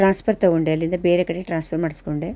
transfer ತೊಗೊಂಡೆ ಅಲ್ಲಿಂದ ಬೇರೆ ಕಡೆ ಟ್ರಾನ್ಸ್ಫರ್ ಮಾಡಿಸ್ಕೊಂಡೆ